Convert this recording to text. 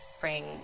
bring